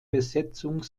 besetzung